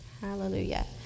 Hallelujah